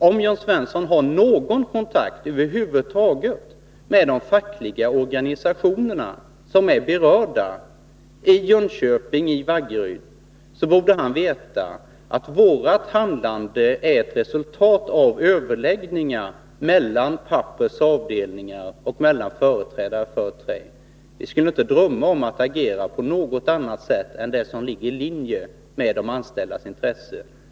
Om Jörn Svensson över huvud taget har någon kontakt med de fackliga organisationer som är berörda i Jönköping och Vaggeryd, borde han veta att vårt handlande är ett resultat av överläggningar mellan Pappers avdelningar och mellan företrädare för Trä. Vi skulle inte drömma om att agera på något annat sätt än det som ligger i linje med de anställdas intresse.